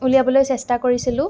উলিয়াবলৈ চেষ্টা কৰিছিলোঁ